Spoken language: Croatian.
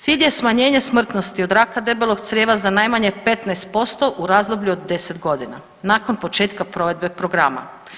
Cilj je smanjenje smrtnosti od raka debelog crijeva za najmanje 15% u razdoblju od 10 godina nakon početka provedbe programa.